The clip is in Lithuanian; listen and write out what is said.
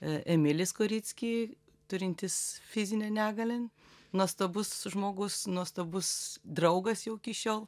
emilis koricki turintis fizinę negalią nuostabus žmogus nuostabus draugas jau iki šiol